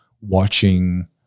watching